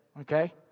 okay